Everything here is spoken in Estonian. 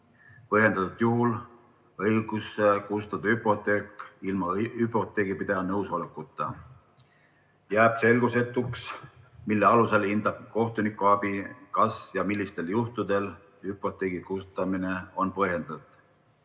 põhjendatud juhul õiguse kustutada hüpoteek ilma hüpoteegipidaja nõusolekuta. Jääb selgusetuks, mille alusel hindab kohtunikuabi, kas ja millistel juhtudel hüpoteegi kustutamine on põhjendatud.